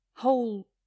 whole